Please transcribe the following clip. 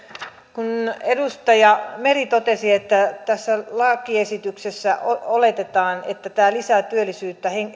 kun edustaja meri totesi että tässä lakiesityksessä oletetaan että tämä lisää työllisyyttä